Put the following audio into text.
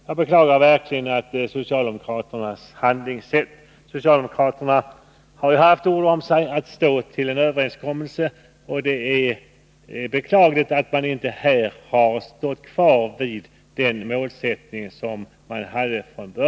Jag beklagar verkligen socialdemokraternas handlingssätt. De har haft ord om sig att stå fast vid en överenskommelse, och det är beklagligt att de inte gjort det den här gången.